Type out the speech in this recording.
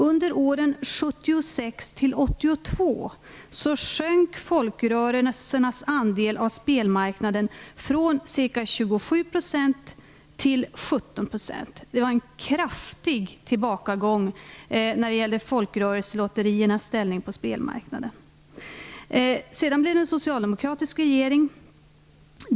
Under åren 1976 till 1982 sjönk folkrörelsernas andel av spelmarknaden från ca 27 % till 17 %. Det var en kraftig tillbakagång när det gällde folkrörelselotteriernas ställning på spelmarknaden. Sedan blev det en socialdemokratisk regering.